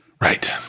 Right